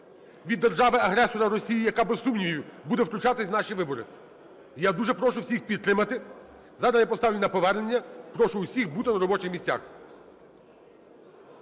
від держави-агресора Росії, яка, без сумнівів, буде втручатись в наші вибори. Я дуже прошу всіх підтримати. Зараз я поставлю на повернення, прошу усіх бути на робочих місцях.